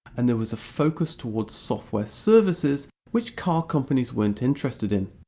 and there was a focus towards software services which car companies weren't interested in.